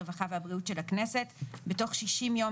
הרווחה והבריאות של הכנסת בתוך 60 יום